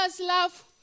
love